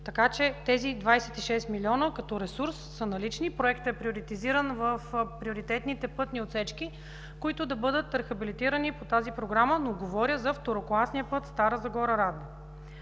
Така че тези 26 милиона като ресурс са налични, проектът е приоритизиран в приоритетните пътни отсечки, които да бъдат рехабилитирани по тази програма, но говоря за второкласния път Стара Загора – Раднево.